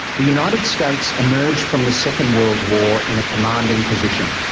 the united states emerged from the second world war in a commanding position.